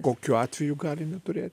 kokiu atveju gali neturėt